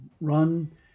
run